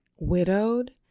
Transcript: widowed